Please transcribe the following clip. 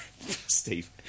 Steve